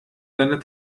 seine